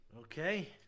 Okay